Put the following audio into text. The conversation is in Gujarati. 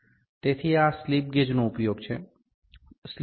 તેથી આ સ્લિપ ગેજ નો ઉપયોગ છે